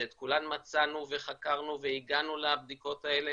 שאת כולן מצאנו וחקרנו והגענו לבדיקות האלה